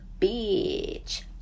Bitch